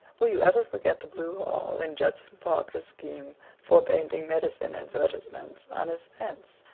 will you ever forget the blue hall and judson parker's scheme for painting medicine advertisements on his fence?